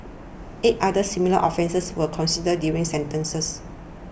eight others similar offences were considered during sentencing